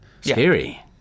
Scary